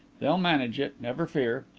they'll manage it, never fear.